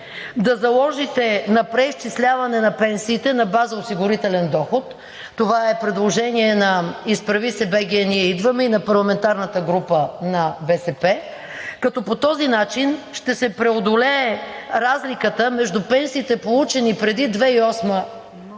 да заложите на преизчисляване на пенсиите на база осигурителен доход – това е предложение на „Изправи се БГ! Ние идваме!“ и на парламентарната група на БСП, като по този начин ще се преодолее разликата между пенсиите, получени преди 2008